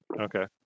Okay